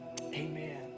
amen